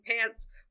pants